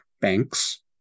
banks